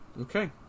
Okay